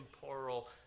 temporal